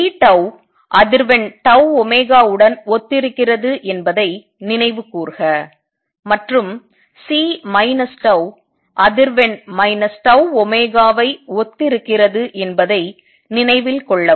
C அதிர்வெண் τω உடன் ஒத்திருக்கிறது என்பதை நினைவு கூர்க மற்றும் C அதிர்வெண் τω வை ஒத்திருக்கிறது என்பதை நினைவில் கொள்ளவும்